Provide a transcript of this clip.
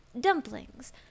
dumplings